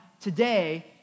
today